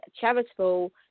charitable